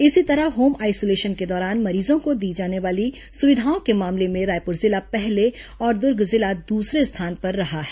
इसी तरह home isolation के दौरान मरीजों को दी जाने वाले सुविधाओं के मामले में रायपुर जिला पहले और दुर्ग जिला दूसरे स्थान पर रहा है